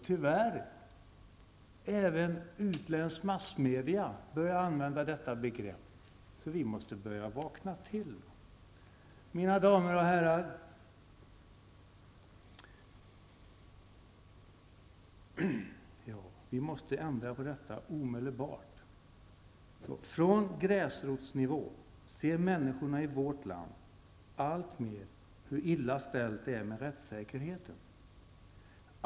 Tyvärr har även utländsk massmedia börjat använda detta begrepp. Vi i Sverige måste börja vakna till. Mina damer och herrar! Vi måste ändra på detta förhållande omedelbart. Människor på gräsrotsnivå i vårt land ser alltmer hur illa ställt det är med rättssäkerheten.